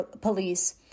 police